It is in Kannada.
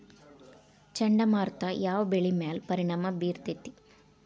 ಚಂಡಮಾರುತ ಯಾವ್ ಬೆಳಿ ಮ್ಯಾಲ್ ಪರಿಣಾಮ ಬಿರತೇತಿ?